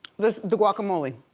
this, the guacamole.